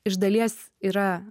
iš dalies yra